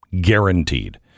guaranteed